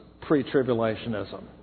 pre-tribulationism